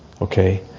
okay